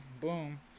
boom